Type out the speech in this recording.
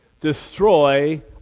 destroy